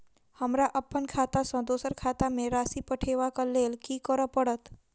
हमरा अप्पन खाता सँ दोसर केँ खाता मे राशि पठेवाक लेल की करऽ पड़त?